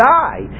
die